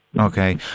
Okay